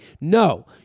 no